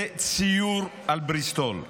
זה ציור על בריסטול.